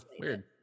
weird